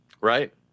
Right